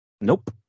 Nope